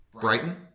Brighton